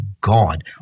God